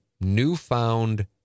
newfound